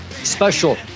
Special